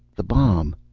the bomb.